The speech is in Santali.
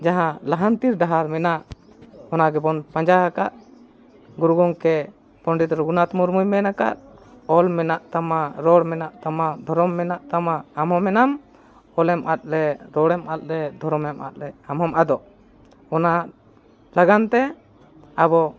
ᱡᱟᱦᱟᱸ ᱞᱟᱦᱟᱱᱛᱤ ᱰᱟᱦᱟᱨ ᱨᱮ ᱢᱮᱱᱟᱜ ᱚᱱᱟ ᱜᱮᱵᱚᱱ ᱯᱟᱸᱡᱟ ᱟᱠᱟᱫ ᱜᱩᱨᱩ ᱜᱚᱢᱠᱮ ᱯᱚᱱᱰᱤᱛ ᱨᱚᱜᱷᱩᱱᱟᱛᱷ ᱢᱩᱨᱢᱩᱭ ᱢᱮᱱ ᱟᱠᱟᱫ ᱚᱞ ᱢᱮᱱᱟᱜ ᱛᱟᱢᱟ ᱨᱚᱲ ᱢᱮᱱᱟᱜ ᱛᱟᱢᱟ ᱫᱷᱚᱨᱚᱢ ᱢᱮᱱᱟᱜ ᱛᱟᱢᱟ ᱟᱢ ᱦᱚᱸ ᱢᱮᱱᱟᱢ ᱚᱞᱮᱢ ᱟᱫ ᱞᱮᱨᱮ ᱨᱚᱲᱮᱢ ᱟᱫ ᱞᱮ ᱫᱷᱚᱨᱚᱢᱮᱢ ᱟᱫ ᱞᱮ ᱟᱢ ᱦᱚᱸᱢ ᱟᱫᱚᱜ ᱚᱱᱟ ᱞᱟᱹᱜᱤᱫ ᱛᱮ ᱟᱵᱚ